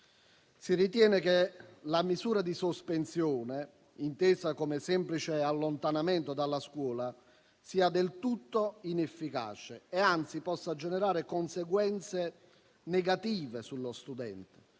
Si ritiene che la misura di sospensione, intesa come semplice allontanamento dalla scuola, sia del tutto inefficace e, anzi, possa generare conseguenze negative sullo studente.